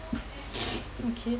okay